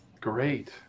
Great